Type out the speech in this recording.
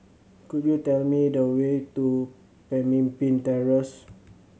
could you tell me the way to Pemimpin Terrace